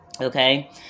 Okay